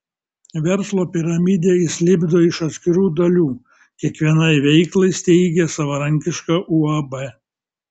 verslo piramidę jis lipdo iš atskirų dalių kiekvienai veiklai steigia savarankišką uab